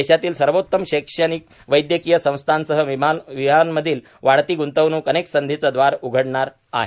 देशातील सर्वोत्तम शैक्षणिक वैद्यकीय संस्थांसह मिहानमधील वाढती ग्ंतवणूक अनेक संधींचे द्वार उघडणार आहे